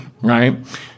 right